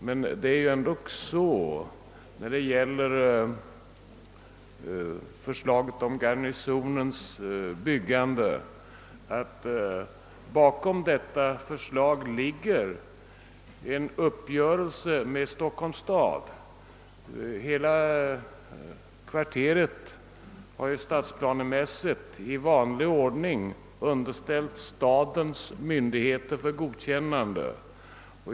Emellertid vill jag vad beträffar förslaget om uppförande av en förvaltningsbyggnad i kvarteret Garnisonen framhålla att bakom detta förslag ligger en uppgörelse med Stockholms stad. Hela kvarteret har stadsplanemässigt i vanlig ordning underställts stadens myndigheter för godkännande.